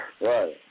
Right